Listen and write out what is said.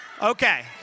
Okay